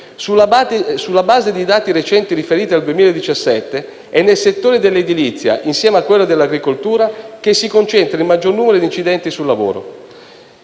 sulla base di dati recenti riferiti al 2017 è nel settore dell'edilizia, insieme a quello dell'agricoltura, che si concentra il maggior numero di incidenti sul lavoro;